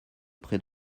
près